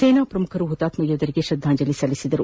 ಸೇನಾ ಪ್ರಮುಖರು ಹುತಾತ್ಮ ಯೋಧರಿಗೆ ಶ್ರದ್ದಾಂಜಲಿ ಸಲ್ಲಿಸಿದರು